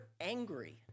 angry